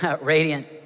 Radiant